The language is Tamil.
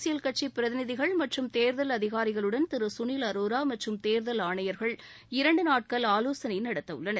அரசியல் கட்சி பிரதிநிதிகள் மற்றும் தேர்தல் அதிகாரிகளுடன் திரு சுனில் அரோரா மற்றும் தேர்தல் ஆணையர்கள் இரண்டு நாட்கள் ஆலோசனை நடத்தவுள்ளனர்